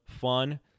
fun